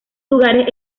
lugares